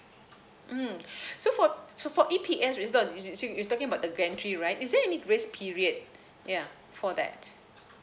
mm so for so for E_P_S is not so so you're talking about the gantry right is there any grace period yeah for that